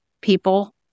people